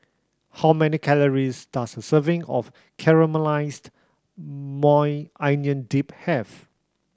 how many calories does a serving of Caramelized Maui Onion Dip have